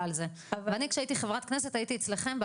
על זה ואני כשהייתי חברת כנסת הייתי אצלכם,